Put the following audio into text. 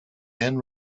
and